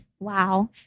Wow